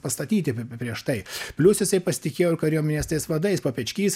pastatyti prieš tai plius jisai pasitikėjo ir kariuomenės tais vadais papečkys